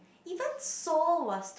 even Seoul was too